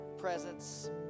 presence